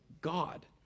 God